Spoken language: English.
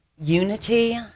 unity